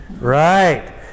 right